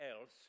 else